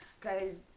guys